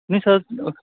ਨਹੀਂ ਸਰ